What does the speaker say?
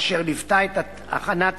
אשר ליוותה את הכנת